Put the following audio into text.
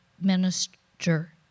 minister